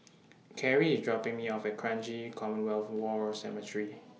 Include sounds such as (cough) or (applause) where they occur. (noise) Cary IS dropping Me off At Kranji Commonwealth War Cemetery